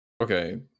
Okay